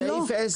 זה לא קשור.